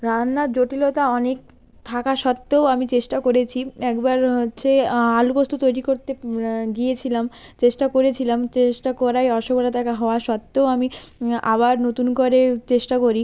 রান্নার জটিলতা অনেক থাকা সত্ত্বেও আমি চেষ্টা করেছি একবার হচ্ছে আলু পোস্ত তৈরি করতে গিয়েছিলাম চেষ্টা করেছিলাম চেষ্টা করায় অসফলতাটা হওয়া সত্ত্বেও আমি আবার নতুন করে চেষ্টা করি